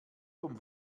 vom